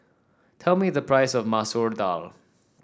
tell me the price of Masoor Dal